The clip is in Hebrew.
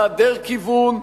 היעדר כיוון,